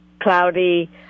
cloudy